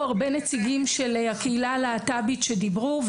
הרבה נציגים של הקהילה הלהט"בית שדיברו,